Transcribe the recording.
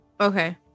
Okay